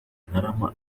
ntarama